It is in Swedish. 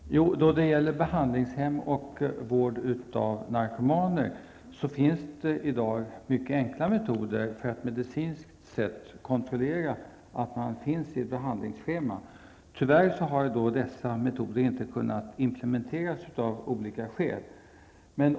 Herr talman! Då det gäller behandlingshem och vård av narkomaner finns det i dag mycket enkla metoder för att medicinskt kontrollera vem som har ett behandlingsschema. Tyvärr har dessa metoder inte kunnat implementeras, av olika skäl.